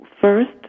First